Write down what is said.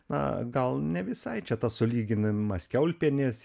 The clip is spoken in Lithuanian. na gal ne visai čia tas sulyginamas kiaulpienės